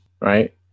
right